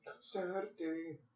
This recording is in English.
Saturday